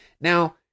Now